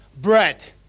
Brett